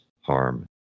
harm